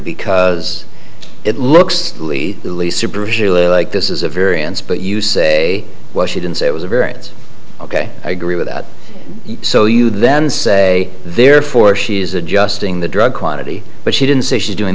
because it looks like this is a variance but you say well she didn't say it was a very it's ok i agree with that so you then say therefore she's adjusting the drug quantity but she didn't say she's doing